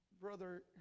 Brother